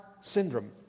Syndrome